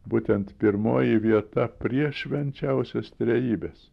būtent pirmoji vieta prie švenčiausios trejybės